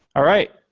all right.